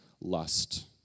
lust